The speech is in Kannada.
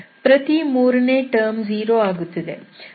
ಪ್ರತಿ ಮೂರನೇ ಟರ್ಮ್ 0 ಆಗುತ್ತದೆ